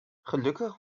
gelukkig